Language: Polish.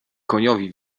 koniowi